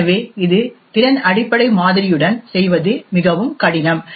எனவே இது திறன் அடிப்படை மாதிரியுடன் செய்வது மிகவும் கடினம்